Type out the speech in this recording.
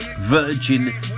Virgin